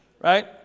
Right